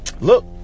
Look